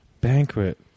Banquet